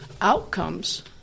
outcomes